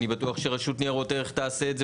אני בטוח שרשות ניירות ערך תעשה את זה